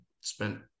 spent –